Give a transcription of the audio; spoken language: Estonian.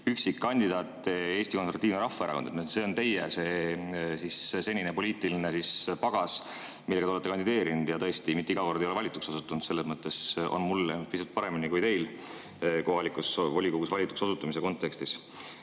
üksikkandidaat, Eesti Konservatiivne Rahvaerakond. See on teie senine poliitiline pagas, nii te olete kandideerinud. Tõesti, mitte iga kord ei ole valituks osutunud, selles mõttes on mul läinud pisut paremini kui teil kohalikus volikogus valituks osutumise kontekstis.